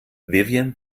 vivien